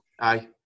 Aye